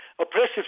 oppressive